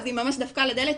אז היא ממש דפקה על הדלת,